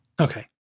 Okay